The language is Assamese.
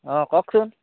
অঁ কওকচোন